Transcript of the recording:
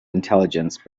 intelligence